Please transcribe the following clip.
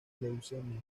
leucemia